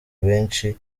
benshi